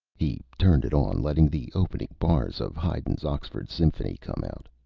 he turned it on, letting the opening bars of haydn's oxford symphony come out.